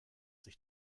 sich